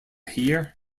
hear